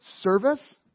service